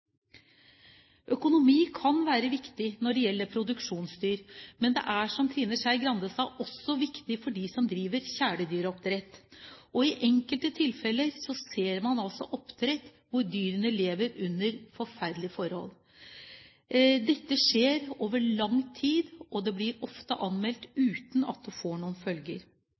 Økonomi kan være viktig når det gjelder produksjonsdyr, men det er, som Trine Skei Grande sa, også viktig for dem som driver kjæledyroppdrett. I enkelte tilfeller ser man oppdrett hvor dyrene lever under forferdelige forhold. Dette skjer over lang tid, og det blir ofte anmeldt uten at det får noen følger.